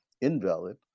invalid